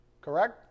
correct